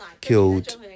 killed